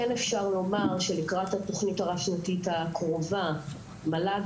אפשר לומר שלקראת התוכנית הרב-שנתית הקרובה מל"ג